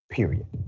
Period